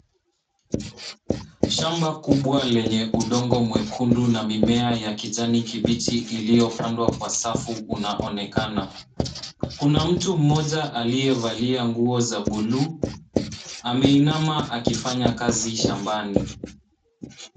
Shamba kubwa lenye udongo mwekundu na mimea ya kijani kibichi iliyopandwa kwa safu unaonekana. Kuna mtu mmoja aliyevalia nguo za buluu, ameinama akifanya kazi shambani.